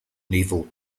naval